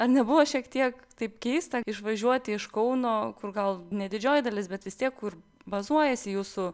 ar nebuvo šiek tiek taip keista išvažiuoti iš kauno kur gal ne didžioji dalis bet vis tiek kur bazuojasi jūsų